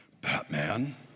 Batman